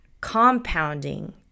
compounding